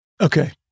Okay